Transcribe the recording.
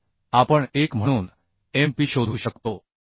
तर आपण 1 म्हणून m p शोधू शकतो